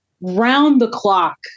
round-the-clock